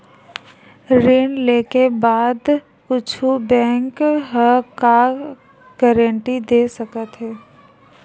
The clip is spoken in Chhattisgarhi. ऋण लेके बाद कुछु बैंक ह का गारेंटी दे सकत हे?